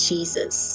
Jesus